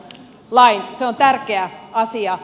se on tärkeä asia